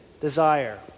desire